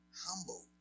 humble